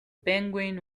penguin